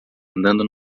andando